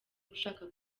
ushaka